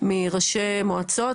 מראשי מועצות,